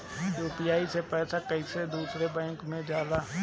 UPI से पैसा कैसे दूसरा बैंक मे जाला?